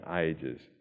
ages